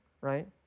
right